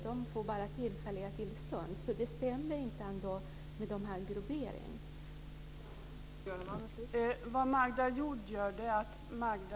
Det stämmer inte med grupperingen.